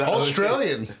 Australian